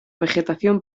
vegetación